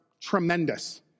tremendous